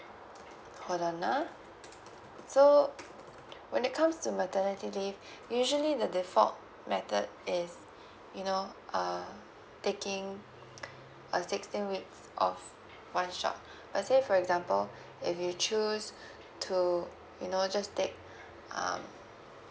hold on ah so when it comes to maternity leave usually the default method is you know uh taking a sixteen weeks off one shot let's say for example if you choose to you know just take um